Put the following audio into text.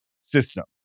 system